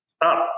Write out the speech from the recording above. up